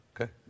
Okay